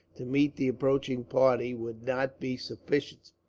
to meet the approaching party, would not be sufficient.